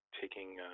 taking